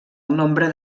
nombre